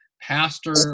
pastor